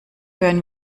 hören